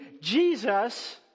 Jesus